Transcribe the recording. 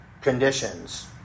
conditions